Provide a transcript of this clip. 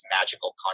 magical